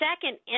second